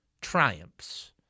triumphs